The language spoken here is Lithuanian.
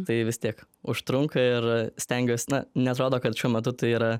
tai vis tiek užtrunka ir stengiuos na neatrodo kad šiuo metu tai yra